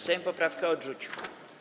Sejm poprawkę odrzucił.